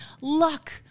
luck